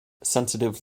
sensitive